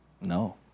No